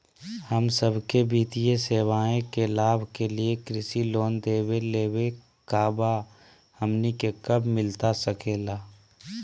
हम सबके वित्तीय सेवाएं के लाभ के लिए कृषि लोन देवे लेवे का बा, हमनी के कब मिलता सके ला?